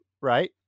Right